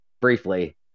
briefly